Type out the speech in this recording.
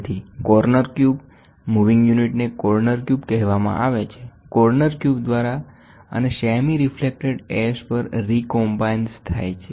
તેથી corner cube તેથી moving યુનિટને કોર્નર ક્યુબ કહેવામાં આવે છે કોર્નર ક્યુબ દ્વારા અને સેમિ રિફ્લેક્ટર S પર રિકોમ્બાઇન્સ થાય છે